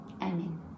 amen